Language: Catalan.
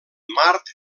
mart